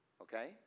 okay